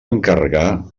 encarregar